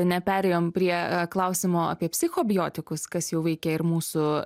neperėjom prie klausimo apie psichobiotikus kas jau veikia ir mūsų